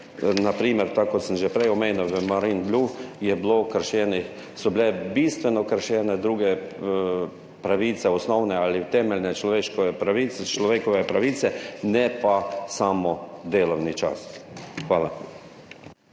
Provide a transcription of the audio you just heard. na primer, tako kot sem že prej omenil, v Marinblu so bile bistveno kršene druge pravice, osnovne ali temeljne človekove pravice, ne pa samo delovni čas. Hvala.